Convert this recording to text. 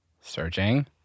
Searching